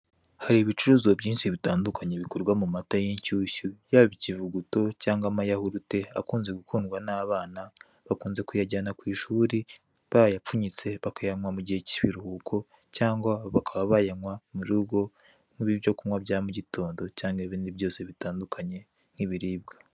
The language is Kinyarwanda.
Hari ibicuruzwa byinshi bitandukanye bikorwa mu mata y'inshushyu, yaba ikivuguto, cyangwa amayawurute akunzwe gukundwa n'abana, bakunze kuyajyana ku ishuri bayapfunyitse bakayanywa mu gihe kibiruhuko, cyangwa bakaba bayanywa mu rugo nk'ibyo kunywa bya mugitondo, yangwa ibindi byose bitandukanye, nk'ibiribwa.